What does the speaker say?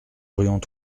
aurions